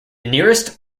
nearest